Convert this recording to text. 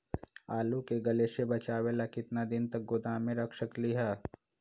आलू के गले से बचाबे ला कितना दिन तक गोदाम में रख सकली ह?